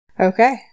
okay